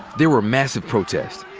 there were massive protests.